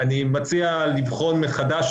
אני מציע לבחון אותו מחדש.